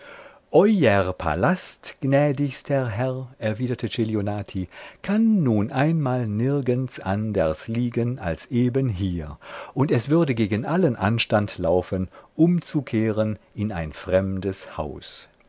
sein euer palast gnädigster herr erwiderte celionati kann nun einmal nirgends anders liegen als eben hier und es würde gegen allen anstand laufen umzukehren in ein fremdes haus